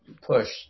push